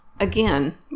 again